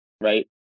Right